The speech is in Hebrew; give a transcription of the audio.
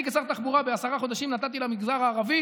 אני כשר תחבורה בעשרה חודשים נתתי למגזר הערבי